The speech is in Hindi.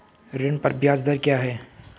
ऋण पर ब्याज दर क्या है?